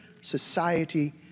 society